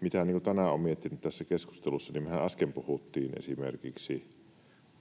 mitä tänään olen miettinyt tässä keskustelussa, niin mehän äsken puhuttiin esimerkiksi